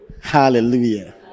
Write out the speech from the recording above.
hallelujah